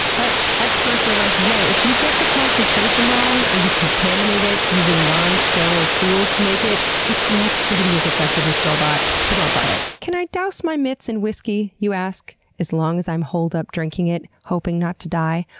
but experts are like, yo, if you get the concentration wrong, or you contaminate it using non-sterile non-sterile tools to make it, it's not going to be as effective as store bought, so don't bother can i douse my mitts in whiskey? you ask, as long as i'm holed up drinking it, hoping not to die?